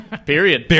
Period